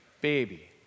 baby